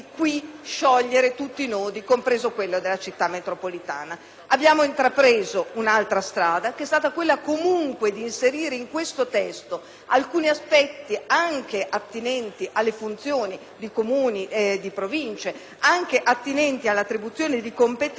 sciogliere qui tutti i nodi, compreso quello della città metropolitana. Abbiamo invece intrapreso un'altra strada, che è stata quella d'inserire comunque in questo testo alcuni aspetti anche attinenti alle funzioni di Comuni e Province ed alla attribuzione di competenze,